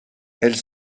elles